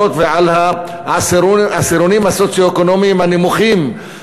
ועם העשירונים הסוציו-אקונומים הנמוכים.